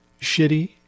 shitty